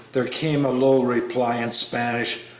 there came a low reply in spanish,